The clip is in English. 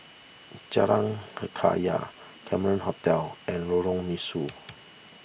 Jalan Hikayat Cameron Hotel and Lorong Mesu